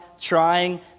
trying